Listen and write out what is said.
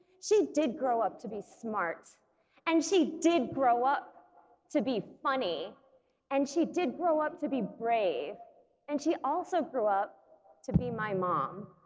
she did grow up to be smart and she did grow up to be funny and she did grow up to be brave and she also grew up to be my mom